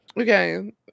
Okay